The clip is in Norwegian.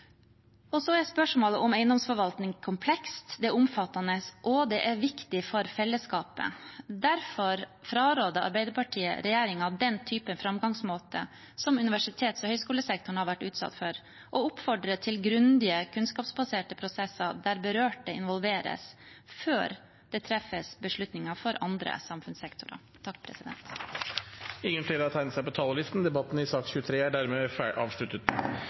Spørsmålet om eiendomsforvaltning er komplekst, det er omfattende, og det er viktig for fellesskapet. Derfor fraråder Arbeiderpartiet regjeringen å bruke den typen framgangsmåte som universitets- og høyskolesektoren har vært utsatt for, og oppfordrer til grundige, kunnskapsbaserte prosesser der berørte involveres, før det treffes beslutninger for andre samfunnssektorer. Flere har ikke bedt om ordet til sak nr. 23. Det foreligger ikke noe referat. Dermed